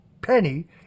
penny